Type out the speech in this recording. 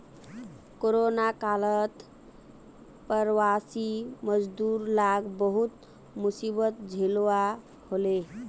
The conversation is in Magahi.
कोरोना कालत प्रवासी मजदूर लाक बहुत मुसीबत झेलवा हले